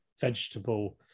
vegetable